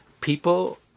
People